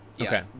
Okay